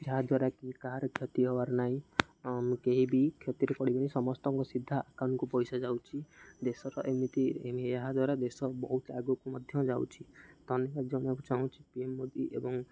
ଯାହାଦ୍ୱାରାକି କାହାର କ୍ଷତି ହବାର ନାହିଁ ମୁଁ କେହି ବି କ୍ଷତିରେ ପଡ଼ିବେନି ସମସ୍ତଙ୍କ ସିଧା ଆକାଉଣ୍ଟକୁ ପଇସା ଯାଉଛି ଦେଶର ଏମିତି ଏହାଦ୍ୱାରା ଦେଶ ବହୁତ ଆଗକୁ ମଧ୍ୟ ଯାଉଛିି ଧନ୍ୟବାଦ୍ ଜଣାଇବାକୁ ଚାହୁଁଛି ପି ଏମ୍ ମୋଦି ଏବଂ